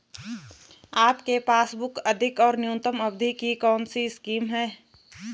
आपके पासबुक अधिक और न्यूनतम अवधि की कौनसी स्कीम है?